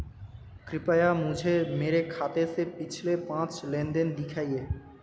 कृपया मुझे मेरे खाते से पिछले पांच लेनदेन दिखाएं